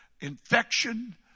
infection